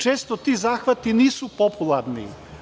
Često ti zahvati nisu popularni.